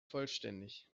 vollständig